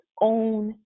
own